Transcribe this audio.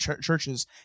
churches